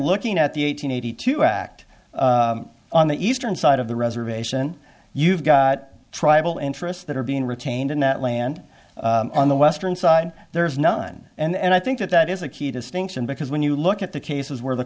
looking at the eight hundred eighty two act on the eastern side of the reservation you've got tribal interests that are being retained in that land on the western side there is none and i think that that is a key distinction because when you look at the cases where the